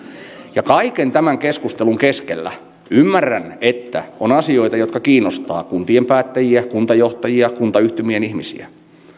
kaiken tämän keskustelun keskellä ymmärrän että on asioita jotka kiinnostavat kun tien päättäjiä kuntajohtajia kuntayhtymien ihmisiä